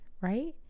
Right